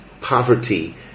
poverty